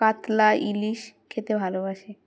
কাতলা ইলিশ খেতে ভালোবাসে